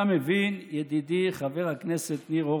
אתה מבין, ידידי חבר הכנסת ניר אורבך?